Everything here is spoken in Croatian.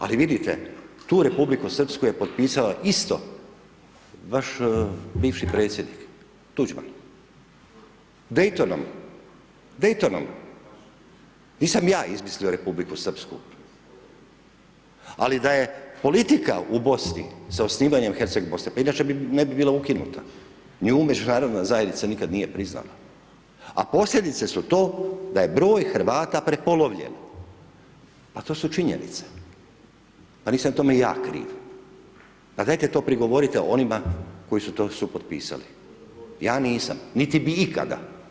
Ali vidite, tu Republiku Srpsku je potpisao isto vaš bivši predsjednik, Tuđman, Dejtonom, nisam ja izmislio Republiku Srpsku, ali da je politika u Bosni sa osnivanjem Herceg Bosne, pa inače ne bi bila ukinuta, nju Međunarodna zajednica nikada nije priznala, a posljedice su to da je broj Hrvata prepolovljen, pa to su činjenice, pa nisam tome ja kriv, pa dajte to prigovorite onima koji su to supotpisali, ja nisam, niti bi ikada.